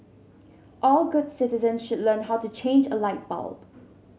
all good citizens should learn how to change a light bulb